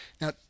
Now